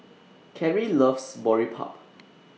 Carie loves Boribap